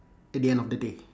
at the end of the day